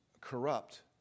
corrupt